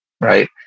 right